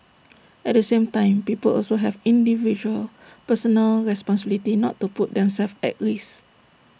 at the same time people also have an individual personal responsibility not to put themselves at risk